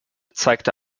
zeigte